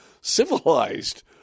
civilized